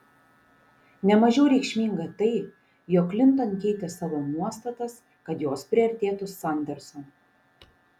ne mažiau reikšminga tai jog klinton keitė savo nuostatas kad jos priartėtų sanderso